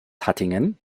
hattingen